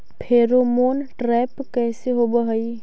Pheromone trap कैसे होब हई?